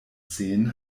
zehen